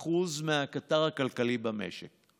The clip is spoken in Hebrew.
כ-80% מהקטר הכלכלי במשק.